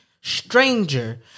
stranger